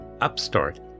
upstart